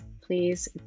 please